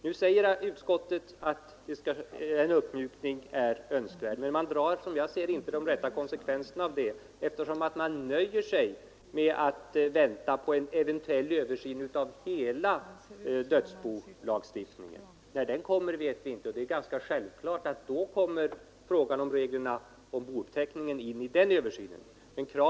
Nu säger utskottet att en uppmjukning bör ske, men man drar, som jag ser det, inte de rätta konsekvenserna av det, eftersom man nöjer sig med att vänta på en eventuell översyn av hela dödsbolagstiftningen. När den kommer vet vi inte, men då är det ganska självklart att frågan om reglerna för bouppteckning kommer in i den översynen.